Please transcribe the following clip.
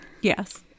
Yes